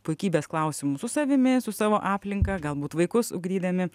puikybės klausimu su savimi su savo aplinka galbūt vaikus ugdydami